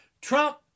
Trump